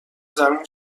زمین